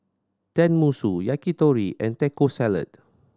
Tenmusu Yakitori and Taco Salad